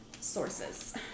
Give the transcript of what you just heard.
sources